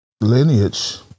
lineage